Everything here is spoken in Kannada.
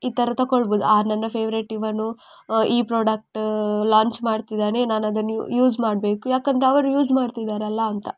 ಈ ಥರ ತಗೊಳ್ಬೋದು ಆ ನನ್ನ ಫೇವ್ರೇಟ್ ಇವನು ಈ ಪ್ರೋಡಕ್ಟ್ ಲಾಂಚ್ ಮಾಡ್ತಿದ್ದಾನೆ ನಾನು ಅದನ್ನ ಯೂಸ್ ಮಾಡಬೇಕು ಯಾಕೆಂದರೆ ಅವರು ಯೂಸ್ ಮಾಡ್ತಿದ್ದಾರಲ್ಲ ಅಂತ